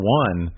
one